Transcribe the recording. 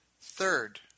Third